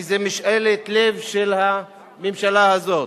כי זאת משאלת לב של הממשלה הזאת.